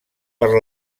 per